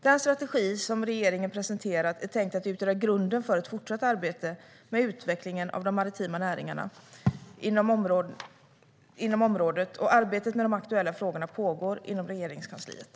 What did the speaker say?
Den strategi som regeringen presenterat är tänkt att utgöra grunden för ett fortsatt arbete med utvecklingen av de maritima näringarna inom området, och arbete med de aktuella frågorna pågår inom Regeringskansliet.